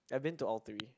I've been to all three